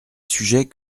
sujet